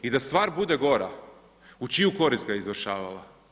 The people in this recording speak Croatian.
I da stvar bude gora u čiju korist ga je izvršavala?